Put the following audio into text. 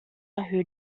who